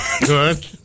good